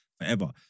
forever